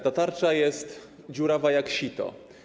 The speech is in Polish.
Ta tarcza jest dziurawa jak sito.